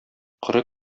коры